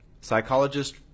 psychologist